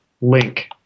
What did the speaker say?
link